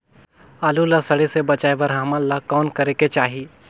आलू ला सड़े से बचाये बर हमन ला कौन करेके चाही?